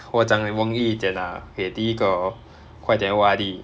我讲容易一点 lah okay 第一个 hor 快点 O_R_D